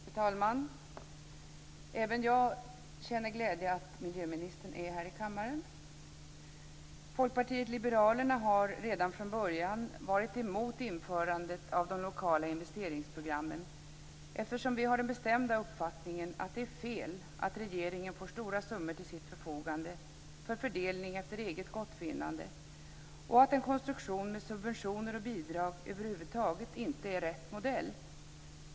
Fru talman! Även jag känner glädje över att miljöministern är här i kammaren. Folkpartiet liberalerna har redan från början varit emot införandet av de lokala investeringsprogrammen, eftersom vi har den bestämda uppfattningen att det är fel att regeringen får stora summor till sitt förfogande för fördelning efter eget gottfinnande och att en konstruktion med subventioner och bidrag över huvud taget inte är rätt modell.